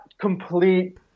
complete